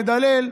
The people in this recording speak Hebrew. המדלל,